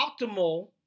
optimal